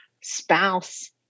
spouse